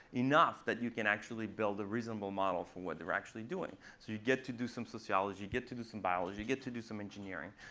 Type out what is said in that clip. enough that you can actually build a reasonable model for what they're actually doing. so you get to do some sociology. you get to do some biology. you get to do some engineering.